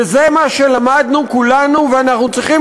וזה מה שלמדנו כולנו ואנחנו צריכים